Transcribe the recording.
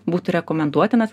būtų rekomenduotinas